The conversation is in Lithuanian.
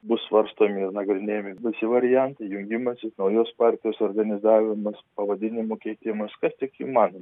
bus svarstomi nagrinėjami visi variantai jungimasis naujos partijos organizavimas pavadinimo keitimas kas tik įmanoma